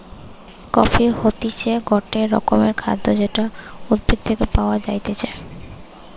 coffee হতিছে গটে রকমের খাদ্য যেটা উদ্ভিদ থেকে পায়া যাইতেছে